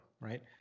right